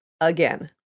again